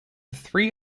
three